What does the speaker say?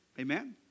amen